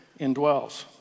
indwells